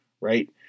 Right